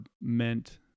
meant